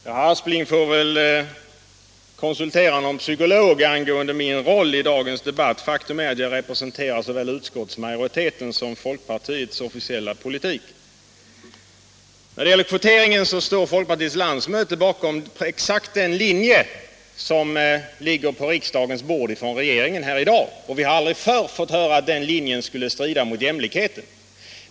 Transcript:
Herr talman! Herr Aspling får väl konsultera någon psykolog angående min roll i dagens debatt. Men faktum är att jag representerar såväl utskottsmajoriteten som folkpartiets officiella politik. När det gäller kvoteringen står folkpartiets landsmöte bakom exakt den linje som regeringen har i dag och som nu ligger presenterad på riksdagens bord. Och vi har aldrig förr fått höra att den linjen skulle strida mot jämlikheten!